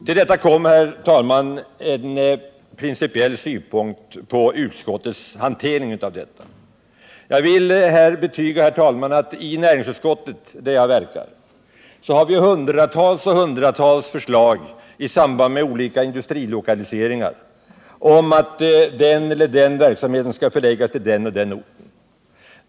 Till detta kommer, herr talman, en principiell synpunkt på utbildningsutskottets hantering av ärendet. Jag vill betyga att i näringsutskottet där jag verkar har vi, i samband med olika industrilokaliseringar, att ta ställning till hundratals och åter hundratals förslag om att den eller den verksamheten skall förläggas till den och den orten.